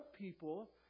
people